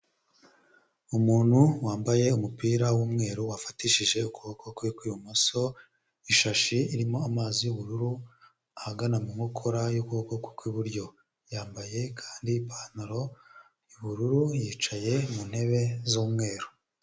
Umuntu wambaye umupira w'umweru wafatishije ukuboko kwe kw'ibumoso ishashi irimo amazi y'ubururu ahagana mu nkokora y'ukuboko kwe kw'iburyo yambaye kandi ipantaro y'ubururu yicaye mu ntebe z'umweru.